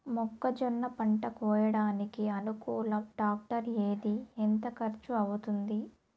మొక్కజొన్న పంట కోయడానికి అనుకూలం టాక్టర్ ఏది? ఎంత ఖర్చు అవుతుంది?